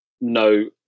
no